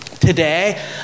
today